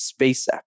SpaceX